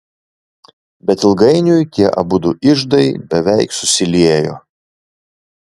bet ilgainiui tie abudu iždai beveik susiliejo